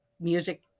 music